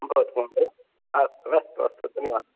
भवतु भवतु अस्तु अस्तु अस्तु धन्यवादः